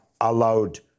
allowed